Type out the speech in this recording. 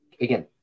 again